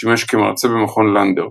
שימש כמרצה במכון לנדר.